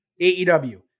AEW